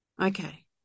Okay